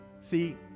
See